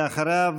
אחריו,